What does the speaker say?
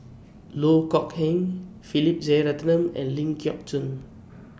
Loh Kok Heng Philip Jeyaretnam and Ling Geok Choon